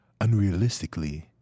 unrealistically